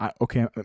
Okay